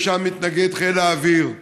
שלשם מתנגד חיל האוויר.